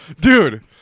dude